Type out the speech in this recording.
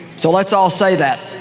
so let's all say that,